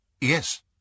Yes